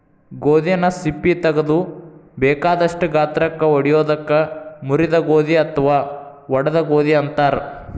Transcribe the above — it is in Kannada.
ಗೋಧಿನ ಸಿಪ್ಪಿ ತಗದು ಬೇಕಾದಷ್ಟ ಗಾತ್ರಕ್ಕ ಒಡಿಯೋದಕ್ಕ ಮುರಿದ ಗೋಧಿ ಅತ್ವಾ ಒಡದ ಗೋಧಿ ಅಂತಾರ